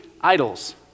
idols